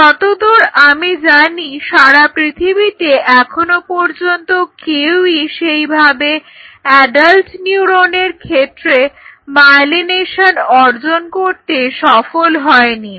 যতদূর আমি জানি সারা পৃথিবীতে এখনো পর্যন্ত কেউই সেইভাবে অ্যাডাল্ট নিউরনগুলোর ক্ষেত্রে মায়েলিনেশন অর্জন করতে সফল হয়নি